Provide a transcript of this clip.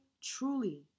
truly